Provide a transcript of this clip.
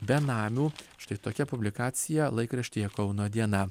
benamių štai tokia publikacija laikraštyje kauno diena